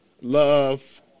Love